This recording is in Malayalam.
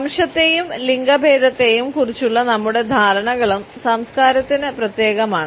വംശത്തെയും ലിംഗഭേദത്തെയും കുറിച്ചുള്ള നമ്മുടെ ധാരണകളും സംസ്കാരത്തിന് പ്രത്യേകമാണ്